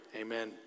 amen